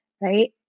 right